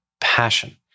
passion